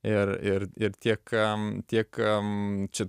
ir ir ir tie kam tie kam čia